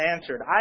answered